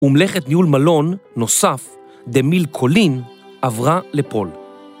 ‫ומלאכת ניהול מלון נוסף, ‫דמיל קולין, עברה לפול.